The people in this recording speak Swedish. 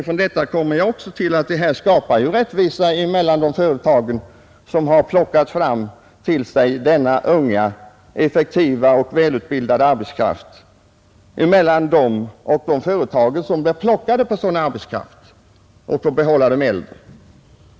Förslaget skapar rättvisa mellan de företag som har plockat till sig den unga, effektiva och välutbildade arbetskraften och de företag som fått släppa till sådan arbetskraft och Nr 39 behålla den äldre.